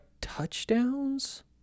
touchdowns